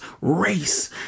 race